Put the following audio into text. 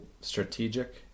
strategic